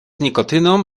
nikotyną